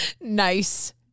Nice